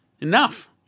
Enough